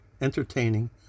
entertaining